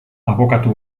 abokatu